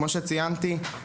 אותם ציינתי כבר,